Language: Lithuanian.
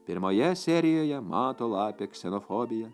pirmoje serijoje mato lapė ksenofobija